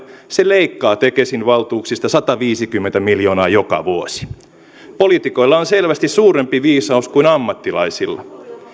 se leikkaa tekesin valtuuksista sataviisikymmentä miljoonaa joka vuosi poliitikoilla on selvästi suurempi viisaus kuin ammattilaisilla